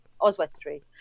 Oswestry